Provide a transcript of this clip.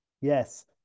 yes